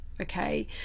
Okay